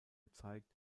gezeigt